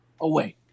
away